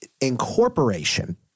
incorporation